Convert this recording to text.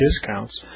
discounts